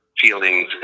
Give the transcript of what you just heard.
feelings